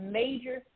major